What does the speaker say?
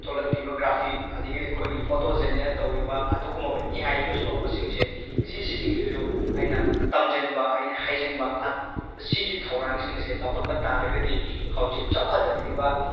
ꯊꯣꯛꯂꯛꯂꯤꯕ graphic ꯑꯗꯒꯤ ꯑꯩꯈꯣꯏꯒꯤ photo generate ꯇꯧꯔꯤꯕ ꯑꯗꯨꯒꯨꯝꯃꯕ ꯑꯦ ꯑꯥꯏ ꯌꯨꯁ ꯇꯧꯕꯁꯤꯡꯁꯦ ꯁꯤꯁꯤꯁꯤꯡꯁꯤꯁꯨ ꯑꯩꯅ ꯇꯝꯁꯤꯟꯕ ꯑꯩꯅ ꯍꯩꯖꯤꯟꯕ ꯑꯁꯤꯒꯤ ꯊꯧꯔꯥꯡꯁꯤꯡ ꯑꯁꯦ ꯂꯧꯈꯠꯄ ꯇꯥꯔꯒꯗꯤ ꯍꯧꯖꯤꯛ ꯆꯥꯎꯈꯠꯂꯛꯂꯤꯕ